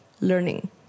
learning